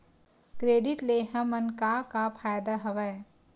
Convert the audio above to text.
Credit ले हमन का का फ़ायदा हवय?